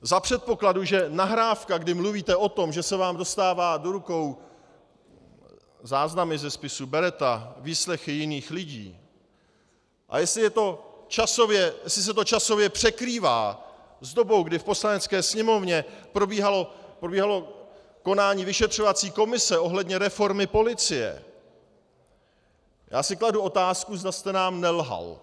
Za předpokladu, že nahrávka, kdy mluvíte o tom, že se vám dostává do rukou záznam ze spisu Beretta, výslechy jiných lidí, a jestli se to časově překrývá s dobou, kdy v Poslanecké sněmovně probíhalo konání vyšetřovací komise ohledně reformy policie, já si kladu otázku, zda jste nám nelhal.